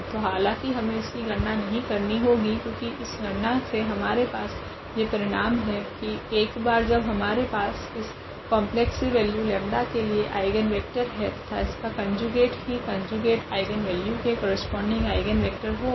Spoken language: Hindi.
तो हालांकि हमे इसकी गणना नहीं करनी होगी क्योकि इस गणना से हमारे पास यह परिणाम है की एक बार जब हमारे पास इस कॉम्प्लेक्स वैल्यू 𝜆 के लिए आइगनवेक्टर है तथा इसका कोंजुगेट ही कोंजुगेट आइगनवेल्यू के करस्पोंडिंग आइगनवेक्टर होगा